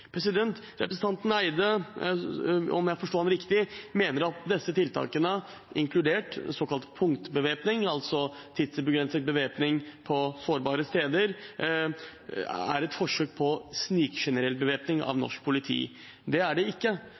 Representanten Eide mener, om jeg forsto ham riktig, at disse tiltakene inkludert såkalt punktbevæpning, altså tidsubegrenset bevæpning på sårbare steder, er et forsøk på snikinnføring av generell bevæpning av norsk politi. Det er det ikke.